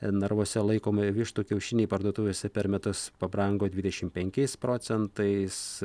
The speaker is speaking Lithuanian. narvuose laikomų vištų kiaušiniai parduotuvėse per metus pabrango dvidešimt penkiais procentais